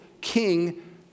king